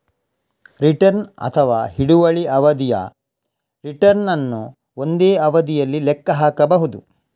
return ಅಥವಾ ಹಿಡುವಳಿ ಅವಧಿಯ ರಿಟರ್ನ್ ಅನ್ನು ಒಂದೇ ಅವಧಿಯಲ್ಲಿ ಲೆಕ್ಕ ಹಾಕಬಹುದು